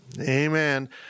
Amen